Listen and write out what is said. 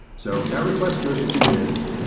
so that request goes to kubernetes.